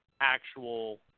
actual